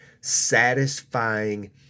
satisfying